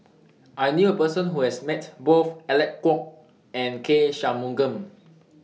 I knew A Person Who has Met Both Alec Kuok and K Shanmugam